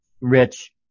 rich